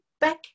back